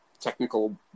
technical